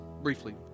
briefly